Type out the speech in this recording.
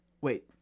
wait